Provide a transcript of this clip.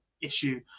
issue